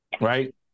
Right